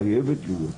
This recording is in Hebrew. חייבת להיות.